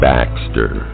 Baxter